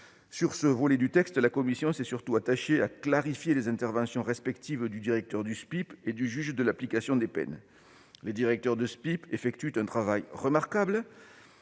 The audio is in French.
Sur ce volet du texte, la commission s'est surtout attachée à clarifier les interventions respectives du directeur du SPIP et du JAP. Les directeurs de SPIP effectuent un travail remarquable